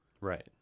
Right